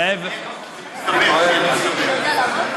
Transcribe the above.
זה במצטבר.